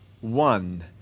one